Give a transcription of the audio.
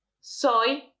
Soy